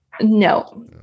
No